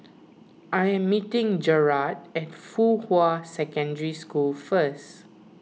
I am meeting Jarrad at Fuhua Secondary School first